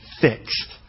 fixed